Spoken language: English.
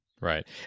Right